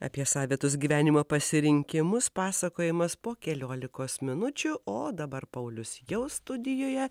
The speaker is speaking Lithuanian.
apie savitus gyvenimo pasirinkimus pasakojimas po keliolikos minučių o dabar paulius jau studijoje